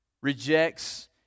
rejects